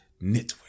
Network